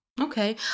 Okay